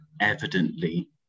evidently